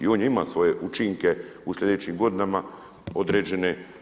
I on je imao svoje učinke u slijedećim godinama određene.